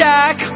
Jack